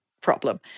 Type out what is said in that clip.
problem